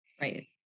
Right